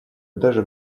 даже